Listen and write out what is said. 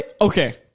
Okay